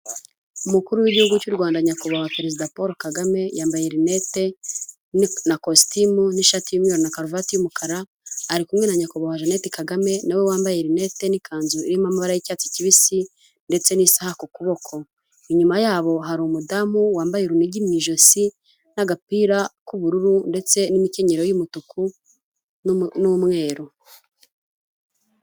Umukuru w'igihugu cy'u Rwanda nyakubahwa perezida Paul Kagame, yambaye rinete na kositimu n'ishati y'umweru na karuvati y'umukara, ari kumwe na nyakubahwa Jeanette Kagame na we wambaye rinete n'ikanzu irimo amabara y'icyatsi kibisi ndetse n'isaaha ku kuboko, inyuma yabo hari umudamu wambaye urunigi mu ijosi n'agapira k'ubururu ndetse n'imikenyero y'umutuku n'umweru.